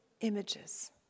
images